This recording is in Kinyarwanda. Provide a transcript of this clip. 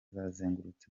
bazengurutse